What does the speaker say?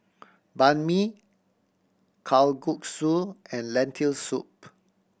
Banh Mi Kalguksu and Lentil Soup